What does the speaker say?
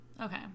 Okay